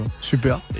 super